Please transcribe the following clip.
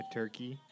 turkey